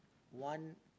one